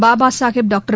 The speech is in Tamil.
பாபா சாஹேப் டாக்டர்